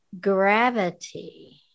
gravity